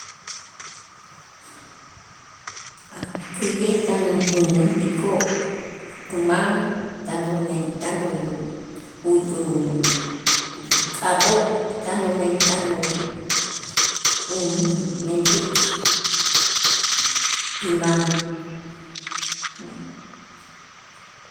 A' käyej tan kumentikoo' kuman tan umen tan k'ab'oo' tan umen tan u- umentik kiman. jo'mij